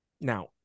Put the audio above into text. Now